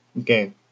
Okay